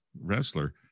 Wrestler